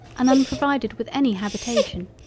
and unprovided with any habitation,